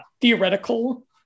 theoretical